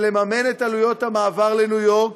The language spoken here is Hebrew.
ולממן בעצמה את עלויות המעבר לניו יורק.